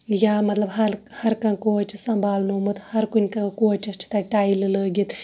یا مَطلَب ہَل ہَر کانٛہہ کوچہِ سَمبالنومُت ہَر کُنہِ کوچَس چھِ تَتہِ ٹَیلہٕ لٲگِتھ